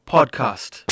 Podcast